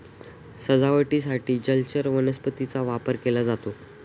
सजावटीसाठीही जलचर वनस्पतींचा वापर केला जातो